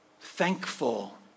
thankful